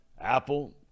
Apple